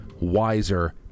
wiser